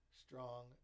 strong